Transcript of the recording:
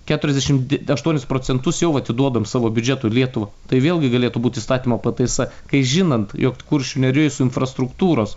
keturiasdešimt aštuonis procentus jau atiduodam savo biudžeto į lietuvą tai vėlgi galėtų būt įstatymo pataisa kai žinant jog kuršių nerijoj su infrastruktūros